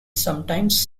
sometimes